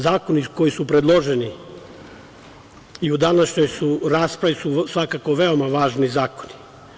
Zakoni koji su predloženi i u današnjoj su raspravi, svakako su veoma važni zakoni.